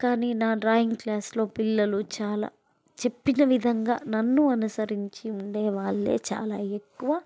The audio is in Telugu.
కానీ నా డ్రాయింగ్ క్లాస్లో పిల్లలు చాలా చెప్పిన విధంగా నన్ను అనుసరించి ఉండేవాళ్ళే చాలా ఎక్కువ